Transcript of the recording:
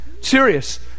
Serious